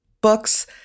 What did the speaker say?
books